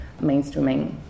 mainstreaming